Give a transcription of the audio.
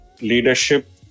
leadership